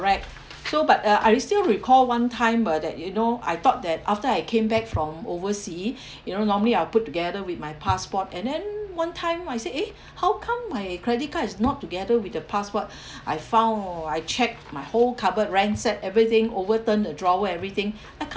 so but uh I still recall one time about that you know I thought that after I came back from oversea you know normally I'll put together with my passport and then one time I say eh how come my credit card is not together with the passport I found I checked my whole cupboard ransack everything overturn the drawer everything I can't